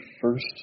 first